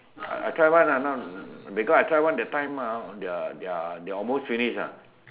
I try one because I try one that time ya they almost finish